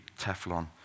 Teflon